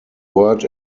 word